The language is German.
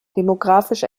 demografisch